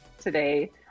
today